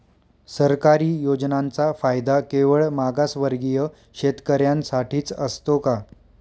सरकारी योजनांचा फायदा केवळ मागासवर्गीय शेतकऱ्यांसाठीच असतो का?